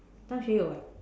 Zhang-Xue-You [what]